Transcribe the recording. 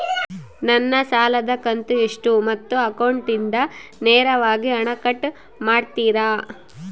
ನನ್ನ ಸಾಲದ ಕಂತು ಎಷ್ಟು ಮತ್ತು ಅಕೌಂಟಿಂದ ನೇರವಾಗಿ ಹಣ ಕಟ್ ಮಾಡ್ತಿರಾ?